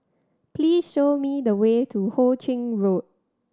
please show me the way to Ho Ching Road